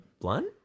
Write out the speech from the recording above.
Blunt